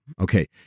Okay